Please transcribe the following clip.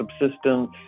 subsistence